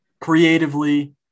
creatively